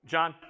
John